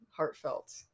heartfelt